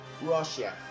Russia